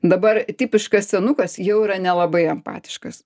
dabar tipiškas senukas jau yra nelabai empatiškas